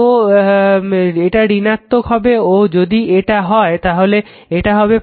তো এটা ঋণাত্মক হবে ও যদি এটা - হয় তাহলে এটা হবে